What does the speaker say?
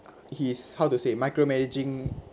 his how to say micromanaging